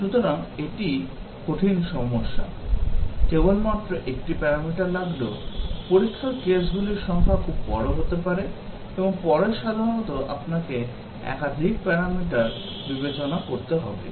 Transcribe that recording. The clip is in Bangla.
সুতরাং এটি কঠিন সমস্যা কেবলমাত্র একটি প্যারামিটার লাগলেও পরীক্ষার কেসগুলির সংখ্যা খুব বড় হতে পারে এবং পরে সাধারণত আপনাকে একাধিক প্যারামিটার বিবেচনা করতে হবে